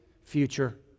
future